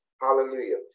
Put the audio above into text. hallelujah